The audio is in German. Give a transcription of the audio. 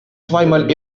zweimal